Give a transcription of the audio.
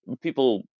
people